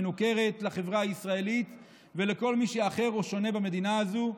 מנוכרת לחברה הישראלית ולכל מי שאחר או שונה במדינה הזו.